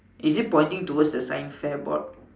is it pointing to the science fair board